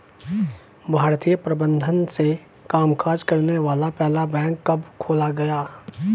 भारतीय प्रबंधन से कामकाज करने वाला पहला बैंक कब खोला गया?